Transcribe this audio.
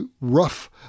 rough